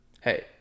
hey